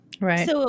Right